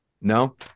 No